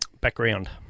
background